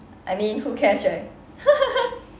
I mean who cares right